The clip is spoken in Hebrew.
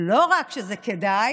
על קדושת המשפחה,